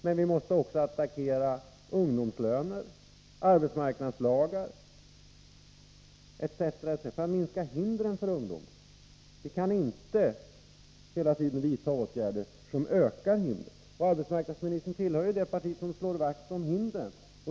Men vi måste också attackera ungdomslöner, arbetsmarknadslagar etc., för att minska hindren för ungdomarna. Vi kan inte hela tiden vidta åtgärder som ökar hindren. Arbetsmarknadsministern tillhör ju det parti som slår vakt om hindren.